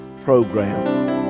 program